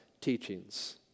teachings